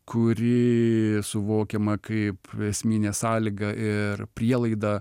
kuri suvokiama kaip esminė sąlyga ir prielaida